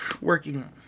working